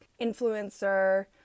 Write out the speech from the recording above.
influencer